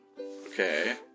Okay